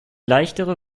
leichtere